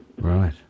Right